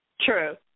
true